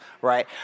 right